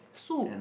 soup